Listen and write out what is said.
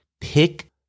Pick